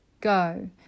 Go